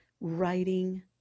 writing